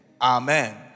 Amen